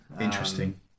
Interesting